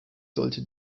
sollte